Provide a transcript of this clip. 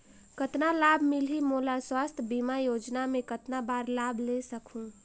कतना लाभ मिलही मोला? स्वास्थ बीमा योजना मे कतना बार लाभ ले सकहूँ?